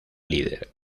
líder